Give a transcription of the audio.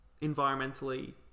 environmentally